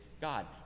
God